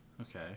Okay